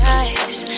eyes